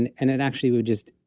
and and it actually would just,